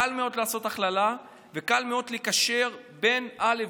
קל מאוד לעשות הכללה וקל מאוד לקשר בין א',